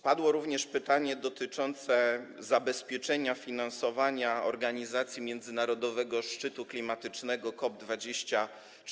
Padło również pytanie dotyczące zabezpieczenia finansowania organizacji międzynarodowego szczytu klimatycznego COP24.